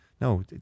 No